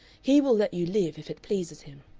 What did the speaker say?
he will let you live if it pleases him.